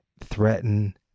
threaten